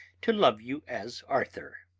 to love you as arthur.